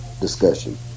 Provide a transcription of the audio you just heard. discussion